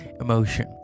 emotion